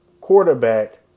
quarterback